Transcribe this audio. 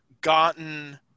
gotten